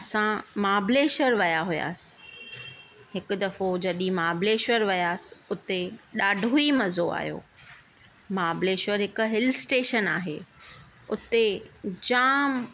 असां महाबलेश्वर विया हुआसीं हिकु दफ़ो जॾहिं महाबलेश्वर वियासीं उते ॾाढो ई मज़ो आयो महाबलेश्वर हिकु हिल स्टेशन आहे उते जाम